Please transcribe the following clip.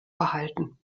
behalten